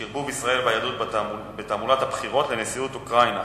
שרבוב ישראל והיהדות בתעמולת הבחירות לנשיאות אוקראינה.